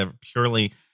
purely